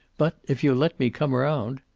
but, if you'll let me come round